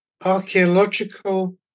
archaeological